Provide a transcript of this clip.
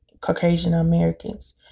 Caucasian-Americans